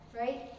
right